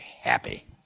happy